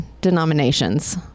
denominations